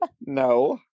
No